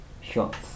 shots